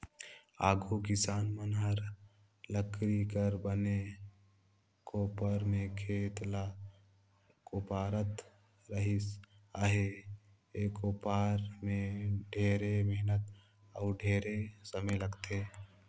आघु किसान मन हर लकरी कर बने कोपर में खेत ल कोपरत रिहिस अहे, ए कोपर में ढेरे मेहनत अउ ढेरे समे लगथे